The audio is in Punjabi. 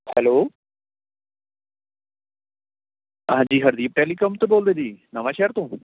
ਹੈਲੋ ਹਾਂਜੀ ਹਰਦੀਪ ਟੈਲੀਕਮ ਤੋਂ ਬੋਲਦੇ ਜੀ ਨਵਾਂਸ਼ਹਿਰ ਤੋਂ